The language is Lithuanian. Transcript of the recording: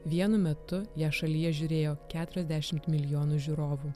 vienu metu ją šalyje žiūrėjo keturiasdešimt milijonų žiūrovų